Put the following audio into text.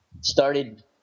Started